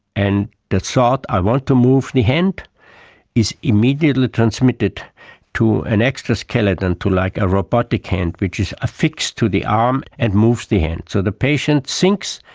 and the thought i want to move the hand is immediately transmitted to an exoskeleton, to like a robotic hand which is ah fixed to the arm and moves the hand. so the patient thinks,